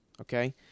okay